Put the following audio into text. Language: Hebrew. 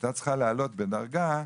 הייתה צריכה לעלות בדרגה,